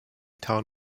town